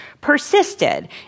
persisted